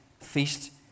feast